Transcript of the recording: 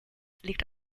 liegt